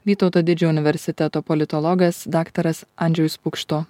vytauto didžiojo universiteto politologas daktaras andžejus pukšto